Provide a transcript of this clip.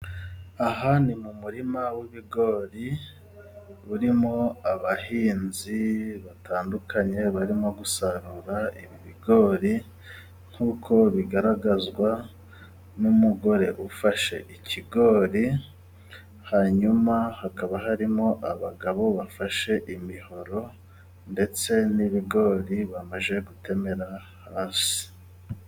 Aha ni mu murima w'ibigori urimo abahinzi batandukanye barimo gusarura ibigori nk'uko bigaragazwa n'umugore ufashe ikigori ,hanyuma hakaba harimo abagabo bafashe imihoro ndetse n'ibigori bamaze gutemera hasi.